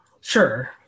Sure